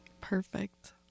Perfect